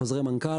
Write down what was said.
חוזרי מנכ"ל,